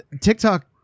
TikTok